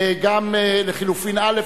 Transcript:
גם לחלופין א',